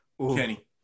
Kenny